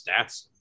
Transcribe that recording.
stats